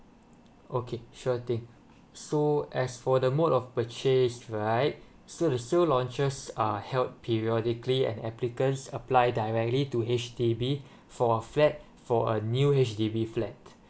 okay sure thing so as for the mode of purchase right so the still launchers are held periodically and applicants apply directly to H_D_B for a flat for a new H_D_B flat